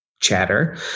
chatter